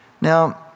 Now